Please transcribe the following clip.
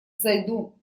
зайду